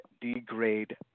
degrade